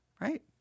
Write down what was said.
right